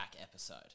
episode